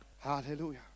hallelujah